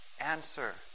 answer